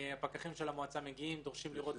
הפקחים של המועצה מגיעים, דורשים לראות תעודות.